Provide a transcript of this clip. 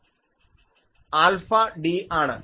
u0 alpha d ആണ്